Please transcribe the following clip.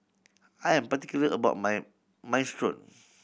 I am particular about my Minestrone